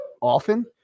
often